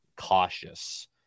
cautious